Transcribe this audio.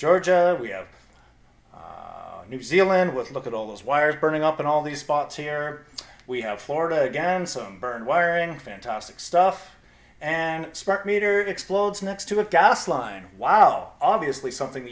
georgia we have new zealand with look at all those wires burning up in all these spots here we have florida again some burned wiring fantastic stuff and spark meter explodes next to a gas line wow obviously something